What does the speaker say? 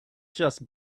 just